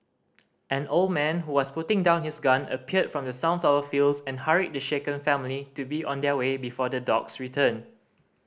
an old man who was putting down his gun appeared from the sunflower fields and hurried the shaken family to be on their way before the dogs return